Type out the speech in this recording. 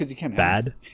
bad